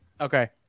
Okay